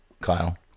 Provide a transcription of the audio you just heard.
Kyle